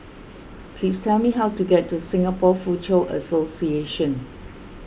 please tell me how to get to Singapore Foochow Association